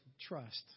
trust